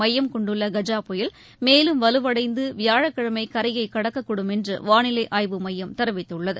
மையம் கொண்டுள்ளகஜாபுயல் மேலும் வலுவடைந்துவியாழக்கிழமைகரையைக் கடக்க்கூடும் என்றுவானிலைஆய்வு மையம் தெரிவித்துள்ளது